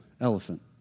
elephant